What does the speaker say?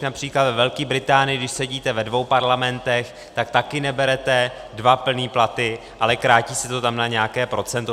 Například ve Velké Británii, když sedíte ve dvou parlamentech, tak taky neberete dva plné platy, ale krátí se to tam na nějaké procento.